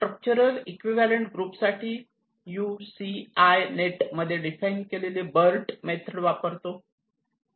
structural equivalent group साठी U C I net मध्ये define केलेली बर्ट मेथड वापरतो